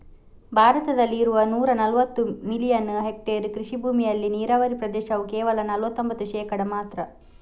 ಭಾರತದಲ್ಲಿ ಇರುವ ನೂರಾ ನಲವತ್ತು ಮಿಲಿಯನ್ ಹೆಕ್ಟೇರ್ ಕೃಷಿ ಭೂಮಿಯಲ್ಲಿ ನೀರಾವರಿ ಪ್ರದೇಶವು ಕೇವಲ ನಲವತ್ತೊಂಭತ್ತು ಶೇಕಡಾ ಮಾತ್ರ